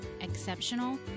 Exceptional